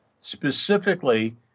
specifically